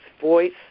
voice